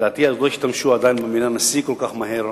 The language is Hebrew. לדעתי אז לא השתמשו עדיין במלה נשיא כל כך מהר,